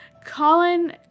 Colin